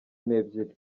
n’ebyiri